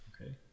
Okay